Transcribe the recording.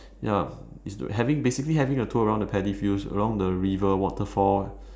ya it's to having basically having a tour around the paddy fields around the river waterfalls